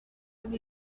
have